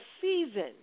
season